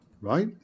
right